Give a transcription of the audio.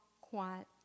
quiet